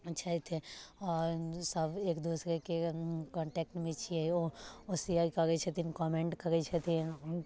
छथि आओर सभ एक दोसरके कांटेक्टमे छियै ओ ओ शेयर करै छथिन कमेंट करै छथिन